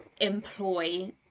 employ